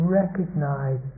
recognize